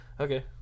Okay